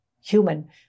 human